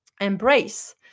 embrace